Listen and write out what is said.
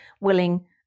willing